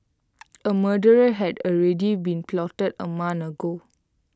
A murderer had already been plotted A month ago